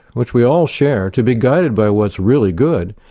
which we all share, to be guided by what's really good,